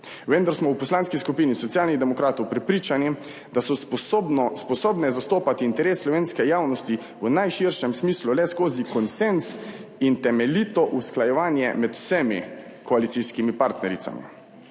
vendar smo v Poslanski skupini Socialnih demokratov prepričani, da so sposobne zastopati interes slovenske javnosti v najširšem smislu le skozi konsenz in temeljito usklajevanje med vsemi koalicijskimi partnericami.